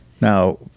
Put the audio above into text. Now